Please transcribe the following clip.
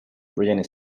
brian